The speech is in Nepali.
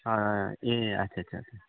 ए अच्छा अच्छा